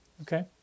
Okay